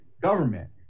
government